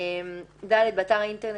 (ד) באתר האינטרנט